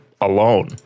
alone